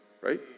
Right